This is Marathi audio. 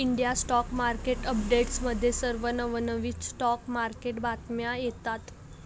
इंडिया स्टॉक मार्केट अपडेट्समध्ये सर्व नवनवीन स्टॉक मार्केट बातम्या येतात